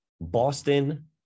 Boston